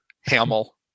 Hamill